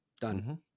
Done